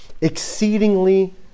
exceedingly